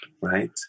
right